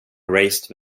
erased